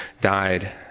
died